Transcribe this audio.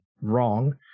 wrong